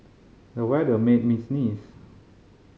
the weather made me sneeze